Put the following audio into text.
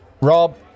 Rob